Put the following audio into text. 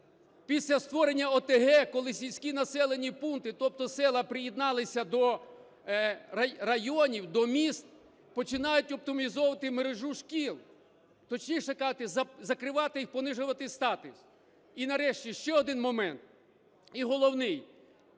після створення ОТГ, коли сільські населені пункти, тобто села приєдналися до районів, до міст, починають оптимізовувати мережу шкіл, точніше сказати, закривати їх, понижувати статус. І нарешті ще один момент, і головний.